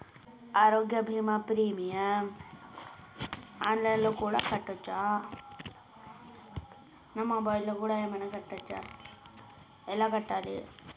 ఆరోగ్య బీమా premium online లో కూడా కట్టచ్చా? నా మొబైల్లో కూడా ఏమైనా కట్టొచ్చా? ఎలా కట్టాలి?